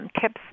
tips